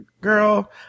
girl